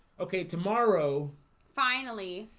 okay tomorrow finally,